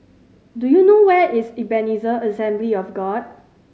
do you know where is Ebenezer Assembly of God